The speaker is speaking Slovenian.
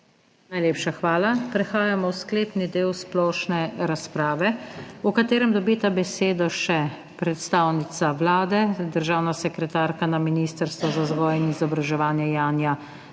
Najlepša hvala. Prehajamo v sklepni del splošne razprave, v katerem dobita besedo še predstavnica Vlade državna sekretarka na Ministrstvu za vzgojo in izobraževanje Janja